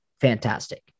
fantastic